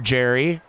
Jerry